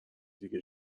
دیگه